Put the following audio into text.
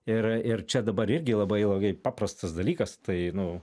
ir ir čia dabar irgi labai labai paprastas dalykas tai nu